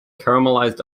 caramelized